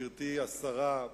גברתי השרה,